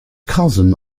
cousin